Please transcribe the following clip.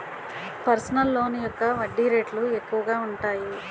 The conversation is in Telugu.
పర్సనల్ లోన్ యొక్క వడ్డీ రేట్లు ఎక్కువగా ఉంటాయి